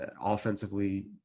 Offensively